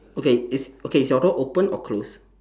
okay is okay is your door open or close